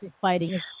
fighting